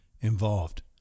involved